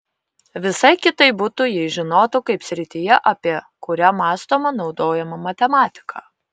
visai kitaip būtų jei žinotų kaip srityje apie kurią mąstoma naudojama matematika